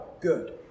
good